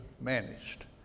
managed